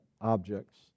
objects